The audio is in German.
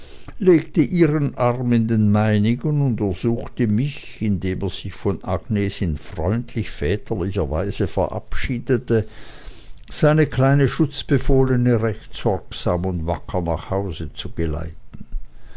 legte ihren arm in den meinigen und ersuchte mich indem er sich von agnes in freundlich väterlicher weise verabschiedete seine kleine schutzbefohlene recht sorgsam und wacker nach hause zu geleiten